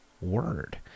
word